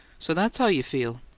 so that's how you feel?